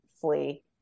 flee